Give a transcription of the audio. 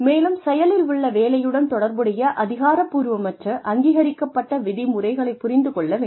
மேலும் செயலில் உள்ள வேலையுடன் தொடர்புடைய அதிகாரப்பூர்வமற்ற அங்கீகரிக்கப்பட்ட விதிமுறைகளைப் புரிந்து கொள்ள வேண்டும்